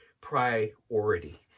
priority